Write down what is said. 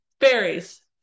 Fairies